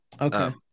Okay